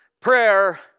prayer